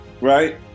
right